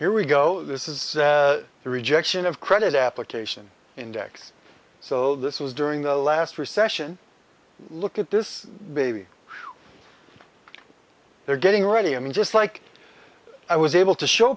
here we go this is the rejection of credit application index so this was during the last recession look at this baby they're getting ready i mean just like i was able to show